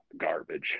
garbage